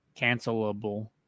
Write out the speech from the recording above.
Cancelable